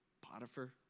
Potiphar